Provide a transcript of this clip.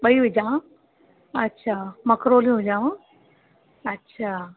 ॿई विझां अच्छा मकरोलियू विझांव अच्छा